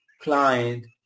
client